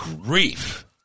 grief